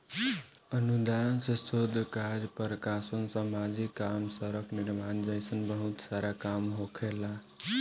अनुदान से शोध काज प्रकाशन सामाजिक काम सड़क निर्माण जइसन बहुत सारा काम होखेला